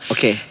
Okay